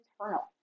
internal